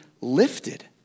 lifted